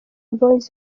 boyz